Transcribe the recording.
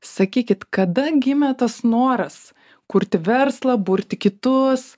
sakykit kada gimė tas noras kurti verslą burti kitus